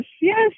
yes